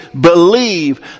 believe